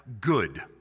good